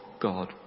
God